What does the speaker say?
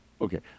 Okay